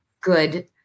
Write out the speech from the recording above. good